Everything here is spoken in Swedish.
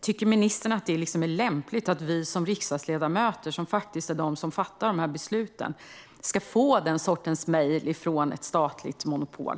Tycker ministern att det är lämpligt att vi riksdagsledamöter, vi som fattar besluten, ska få den sortens mejl från ett statligt monopol?